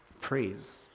praise